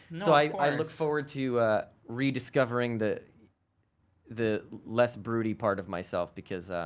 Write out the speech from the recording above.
so, i look forward to rediscovering the the less broody part of myself because,